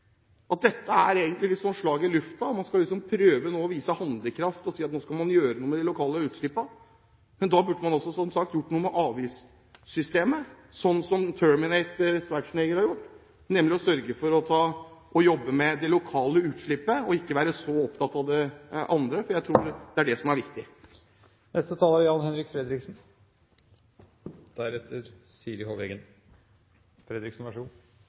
at dette er litt sånn slag i luften. Man skal liksom prøve å vise handlekraft og si at nå skal man gjøre noe med de lokale utslippene. Men da burde man, som sagt, gjort noe med avgiftssystemet – sånn som Terminator Schwarzenegger har gjort – for å jobbe med det lokale utslippet, og ikke være så opptatt av det andre. Jeg tror det er det som er viktig. Det er